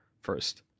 First